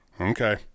Okay